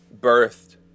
birthed